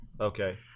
Okay